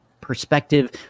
perspective